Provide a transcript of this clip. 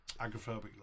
agrophobic